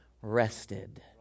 rested